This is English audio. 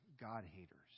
God-haters